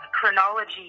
chronology